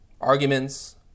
arguments